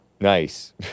Nice